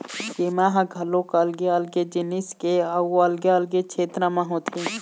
बीमा ह घलोक अलगे अलगे जिनिस के अउ अलगे अलगे छेत्र म होथे